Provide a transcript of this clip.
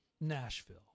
Nashville